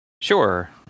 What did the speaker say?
Sure